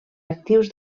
actius